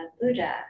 Buddha